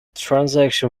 transaction